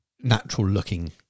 natural-looking